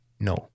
No